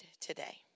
today